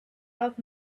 out